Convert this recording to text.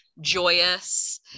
joyous